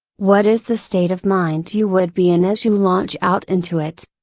what is the state of mind you would be in as you launch out into it?